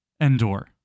Endor